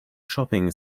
shopping